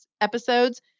episodes